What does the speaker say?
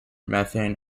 methane